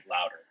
louder